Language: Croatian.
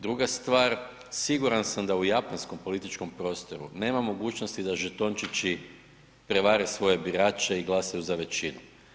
Druga stvar, siguran sam da u japanskom političkom prostoru nema mogućnosti da žetončići prevare svoje birače i glasaju za većinu.